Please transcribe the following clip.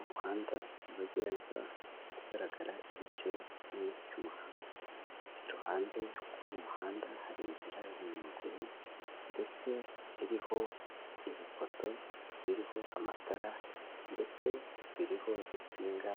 Umuhanda nyabagendwa, ugaragara igice kimwe cy'umuhanda. Iruhande rw'uyu muhanda hari inzira y'abanyamaguru, ndetse iriho ibifoto biriho amatara, ndetse biriho insinga